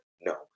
No